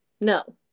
No